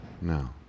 No